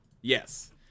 Yes